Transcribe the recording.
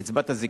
3. קצבת הזיקנה